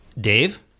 Dave